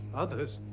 others?